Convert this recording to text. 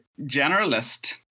generalist